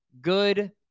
Good